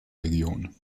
region